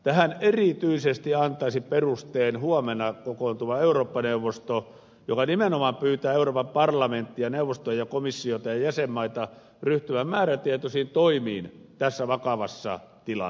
tähän erityisesti antaisi perusteen huomenna kokoontuva eurooppa neuvosto joka nimenomaan pyytää euroopan parlamenttia neuvostoa komissiota ja jäsenmaita ryhtymään määrätietoisiin toimiin tässä vakavassa tilanteessa